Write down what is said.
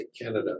canada